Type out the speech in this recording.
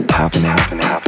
happening